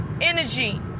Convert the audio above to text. energy